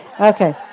Okay